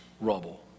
rubble